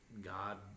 God